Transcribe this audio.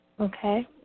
Okay